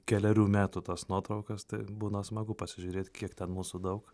kelerių metų tas nuotraukas tai būna smagu pasižiūrėt kiek ten mūsų daug